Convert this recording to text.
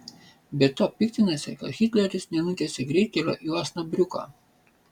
be to piktinasi kad hitleris nenutiesė greitkelio į osnabriuką